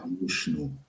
emotional